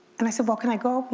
and i said well, can i go?